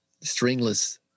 stringless